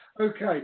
Okay